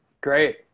great